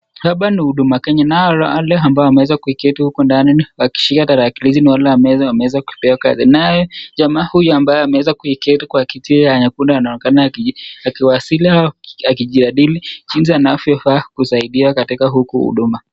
Hapa ni huduma Kenya nao wale ambao ameweza kuiketi huku ndani akishika tarakilishi ni wale ambao wameza kupewa kazi na yeye. Jamaa huyu ambaye ameweza kuiketi kwa kiti ya nyekundu anaonekana akiwasili ama akijadili jinsi anavyofaa kusaidiwa katika huku huduma.